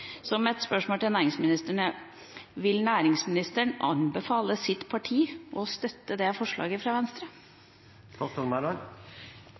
Mitt spørsmål til næringsministeren er: Vil næringsministeren anbefale sitt parti å støtte dette forslaget fra Venstre?